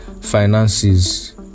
finances